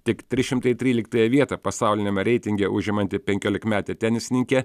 tik trys šimtai tryliktąją vietą pasauliniame reitinge užimanti penkiolikmetė tenisininkė